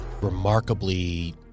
remarkably